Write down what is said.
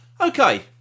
Okay